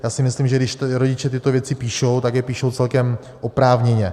Já si myslím, že když rodiče tyto věci píšou, tak je píšou celkem oprávněně.